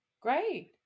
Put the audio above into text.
great